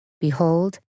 Behold